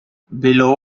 below